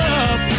up